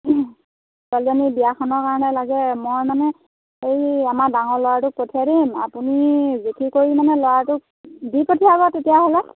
ছোৱালীজনীৰ বিয়াখনৰ কাৰণে লাগে মই মানে হেৰি আমাৰ ডাঙৰ ল'ৰাটোক পঠিয়াই দিম আপুনি জোখি কৰি মানে ল'ৰাটোক দি পঠিয়াব তেতিয়াহ'লে